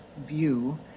view